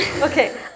okay